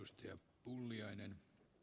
arvoisa puhemies